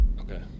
Okay